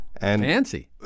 Fancy